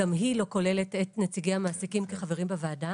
גם היא לא כוללת את נציגי המעסיקים כחברים בוועדה.